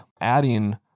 adding